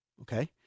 Okay